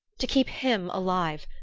to keep him alive.